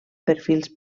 perfils